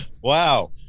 Wow